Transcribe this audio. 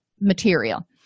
material